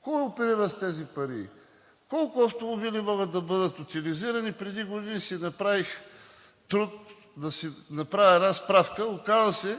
Кой оперира с тези пари, колко автомобила могат да бъдат утилизирани? Преди години си направих труда да направя справка. Оказа се,